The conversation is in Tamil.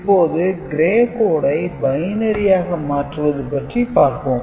இப்போது Gray code ஐ பைனரியாக மாற்றுவது பற்றி பார்ப்போம்